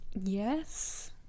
Yes